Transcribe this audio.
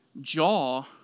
Jaw